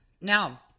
now